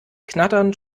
knatternd